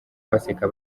baseka